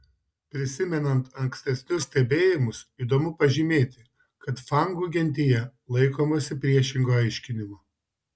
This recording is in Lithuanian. prisimenant ankstesnius stebėjimus įdomu pažymėti kad fangų gentyje laikomasi priešingo aiškinimo